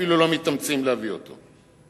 אפילו לא מתאמצים להעביר אותו.